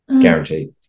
guaranteed